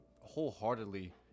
wholeheartedly